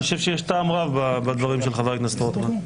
אני חושב שיש טעם רב בדברים של חבר הכנסת רוטמן.